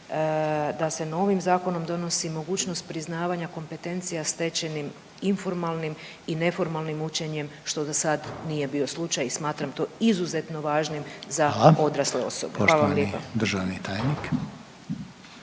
da se novim zakonom donosi mogućnost priznavanja kompetencija stečenim informalnim i neformalnim učenjem što do sada nije bio slučaj i smatram to izuzetno važnim za odrasle osobe. Hvala vam lijepa.